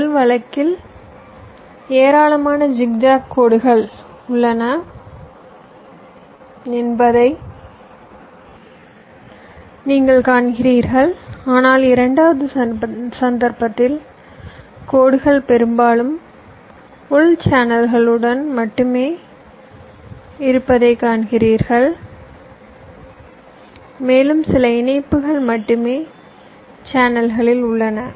முதலில் ஏராளமான ஜிக்ஜாக் கோடுகள் உள்ளன என்பதை நீங்கள் காண்கிறீர்கள் ஆனால் இரண்டாவது சந்தர்ப்பத்தில் கோடுகள் பெரும்பாலும் சேனல்களுடன் உள்ளே மட்டுப்படுத்தப்பட்டிருப்பதைக் காண்பீர்கள் மேலும் சில இணைப்புகள் மட்டுமே சேனல்களில் உள்ளன